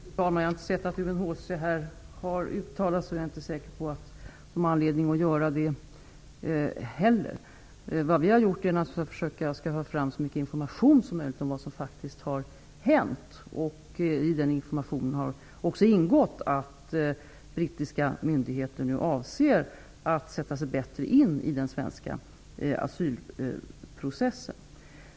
Fru talman! Jag har inte hört att UNHCR har uttalat sig. Jag är inte säker på att man har anledning att göra det heller. Vi har försökt skaffa fram så mycket information som möjligt om vad som faktiskt har hänt. I den informationen har framgått att brittiska myndigheter nu avser att bättre sätta sig in i den svenska asylprocessen.